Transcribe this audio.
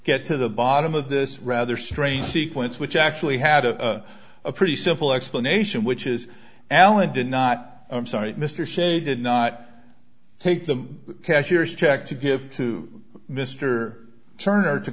get to the bottom of this rather strange sequence which actually had a pretty simple explanation which is alan did not cite mr sze did not take the cashier's check to give to mr turner to